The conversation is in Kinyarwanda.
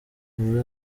muri